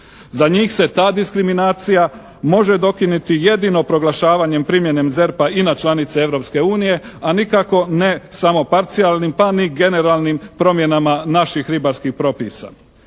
Za njih se ta diskriminacija može dokiniti jedino proglašavanjem primjenem ZERP-a i na članice Europske unije, a nikako ne samo parcijalnim pa ni generalnim promjenama naših ribarskih propisa.